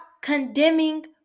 condemning